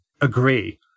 agree